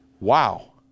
Wow